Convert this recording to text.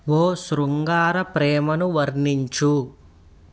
ఓ శృంగార ప్రేమను వర్ణించు